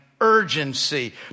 urgency